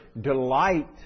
delight